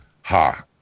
Ha